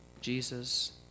Jesus